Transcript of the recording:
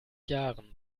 jahren